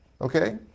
Okay